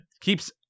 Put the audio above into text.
keeps